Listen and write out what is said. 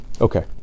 Okay